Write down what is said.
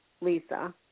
Lisa